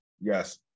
Yes